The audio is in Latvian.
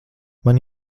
man